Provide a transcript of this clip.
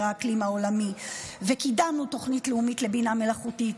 האקלים העולמי וקידמנו תוכנית לאומית לבינה מלאכותית,